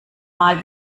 mal